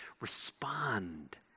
Respond